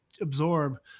absorb –